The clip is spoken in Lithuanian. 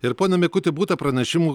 ir pone mikuti būta pranešimų